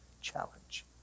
challenge